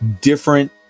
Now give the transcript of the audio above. different